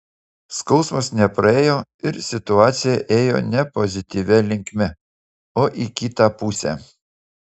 skausmas nepraėjo ir situacija ėjo ne pozityvia linkme o į kitą pusę